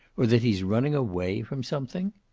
or that he's running away from something?